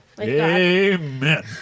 Amen